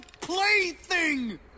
plaything